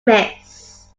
miss